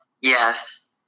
Yes